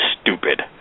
stupid